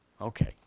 Okay